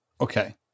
Okay